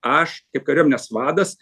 aš kaip kariuomenės vadas